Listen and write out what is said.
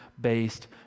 Based